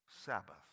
Sabbath